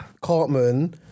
Cartman